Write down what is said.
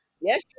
Yes